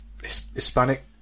Hispanic